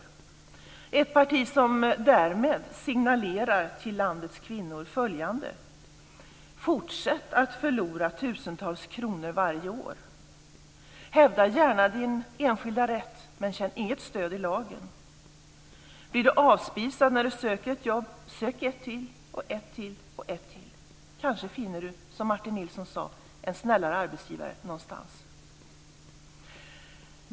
Det är ett parti som därmed signalerar följande till landets kvinnor: Fortsätt att förlora tusentals kronor varje år. Hävda gärna din enskilda rätt, men känn inget stöd i lagen. Blir du avspisad när du söker ett jobb? Sök ett till, ett till och ännu ett till. Kanske finner du - som Martin Nilsson sade - en snällare arbetsgivare någonstans.